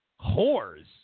whores